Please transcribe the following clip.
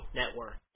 network